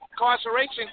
incarceration